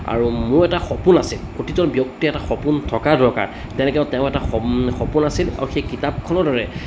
আৰু মোৰো এটা সপোন আছে প্ৰতিজন ব্যক্তিৰ এটা সপোন থকা দৰকাৰ তেনেকৈও তেওঁৰ এটা সপোন আছিল আৰু সেই কিতাপখনৰ দৰে